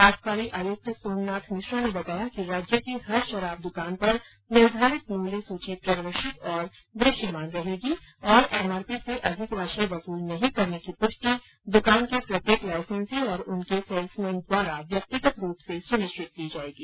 आबकारी आयुक्त सोमनाथ मिश्रा ने बताया कि राज्य की हर शराब दुकान पर निर्धारित मूल्य सूची प्रदर्शित और दृश्यमान रहेगी और एमआरपी से अधिक राशि वसूल नहीं करने की पुष्टि दुकान के प्रत्येक लाइसेंसी और उनके सेल्समैन द्वारा व्यतिगत रूप से सुनिश्चित की जाएगी